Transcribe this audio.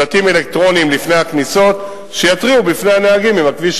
שלטים אלקטרוניים לפני הכניסות שיתריעו בפני הנהגים אם הכביש